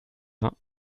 vingt